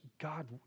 God